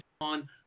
on